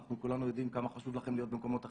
אנחנו כולנו יודעים כמה חשוב לכם להיות במקומות אחרים.